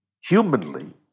humanly